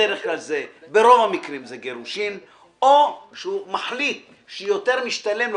בדרך כלל זה גירושין או שהוא מחליט שיותר משתלם לו